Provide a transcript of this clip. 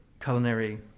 culinary